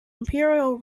imperial